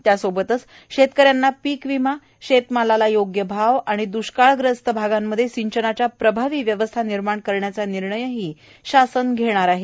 त्यासोबतच शेतकऱ्यांना पिक विमा शेतमालाला योग्य भाव आणि द्वष्काळग्रस्त भागांमध्ये सिंचनाच्या प्रभावी व्यवस्था निर्माण करण्याचा निर्णय शासन घेणार आहे